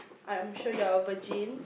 I am sure you're virgin